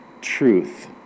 truth